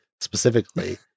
specifically